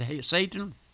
Satan